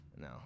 no